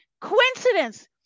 coincidence